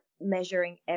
measuring